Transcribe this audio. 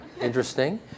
interesting